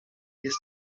jest